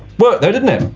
worked though, didn't it?